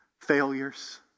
Failures